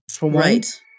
Right